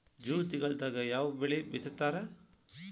June ತಿಂಗಳದಾಗ ಯಾವ ಬೆಳಿ ಬಿತ್ತತಾರ?